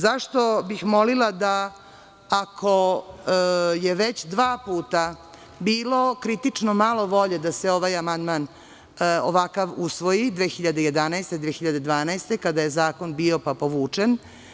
Zašto bih molila, ako je već dva puta bilo kritično malo volje da se ovaj amandman ovakav usvoji 2011, 2012. godine, kada je zakon bio pa povučen.